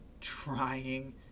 trying